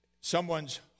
someone's